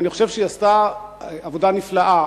אני חושב שהיא עשתה עבודה נפלאה,